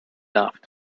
loved